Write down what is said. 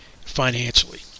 financially